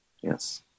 Yes